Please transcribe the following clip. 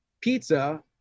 pizza